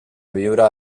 viure